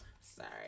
Sorry